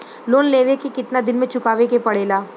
Loan लेवे के कितना दिन मे चुकावे के पड़ेला?